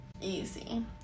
Easy